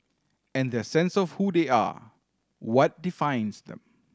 and their sense of who they are what defines them